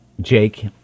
Jake